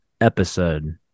episode